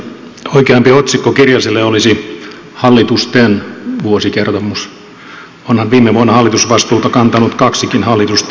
oikeampi otsikko kirjaselle olisi hallitusten vuosikertomus onhan viime vuonna hallitusvastuuta kantanut kaksikin hallitusta